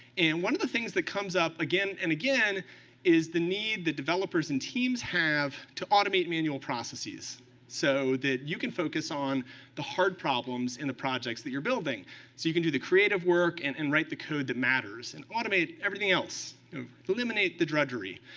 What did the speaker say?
and one of the things that comes up again and again is the need that developers and teams have to automate manual processes so that you can focus on the hard problems in the projects that you're building so you can do the creative work and and write the code that matters, and automate everything else eliminate the drudgery.